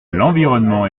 l’environnement